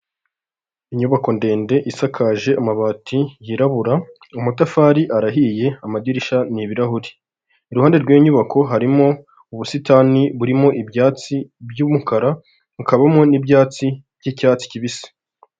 Inyubako ndende isakaje amabati yirabura, amatafari arahiye, amadirishya n'ibirahuri, iruhande rw'inyubako harimo ubusitani burimo ibyatsi by'umukara hakabumo n'ibyatsi by'icyatsi kibisi.